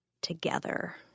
together